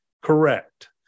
correct